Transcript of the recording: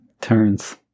turns